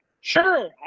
Sure